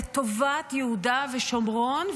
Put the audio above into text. לטובת יהודה ושומרון,